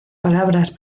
palabras